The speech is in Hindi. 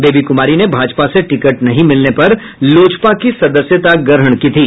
बेबी कुमारी ने भाजपा से टिकट नहीं मिलने पर लोजपा की सदस्यता ग्रहण की थी